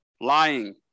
lying